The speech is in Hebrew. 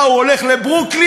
מה, הוא הולך לברוקלין?